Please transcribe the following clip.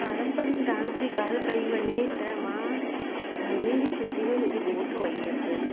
पारंपरिक डांस जी ॻाल्हि कई वञे त मां गर्मियुनि जी छुट्टी में मुंहिंजी गोठु वई हुयसि